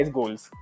goals